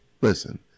listen